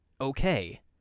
okay